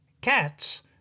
cats